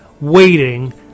waiting